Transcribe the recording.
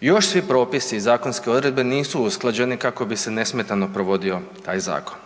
Još svi propisi i zakonske odredbe nisu usklađeni kako bi se nesmetano provodio taj zakon.